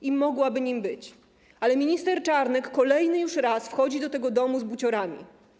I mogłaby nim być, ale minister Czarnek kolejny już raz wchodzi do tego domu z buciorami.